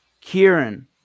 Kieran